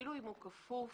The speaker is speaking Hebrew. אפילו אם הוא כפוף